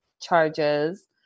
charges